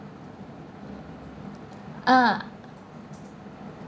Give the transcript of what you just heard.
ah